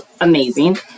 amazing